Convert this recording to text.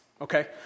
okay